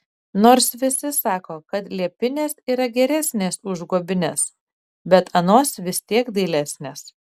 nors visi sako kad liepinės yra geresnės už guobines bet anos vis tiek dailesnės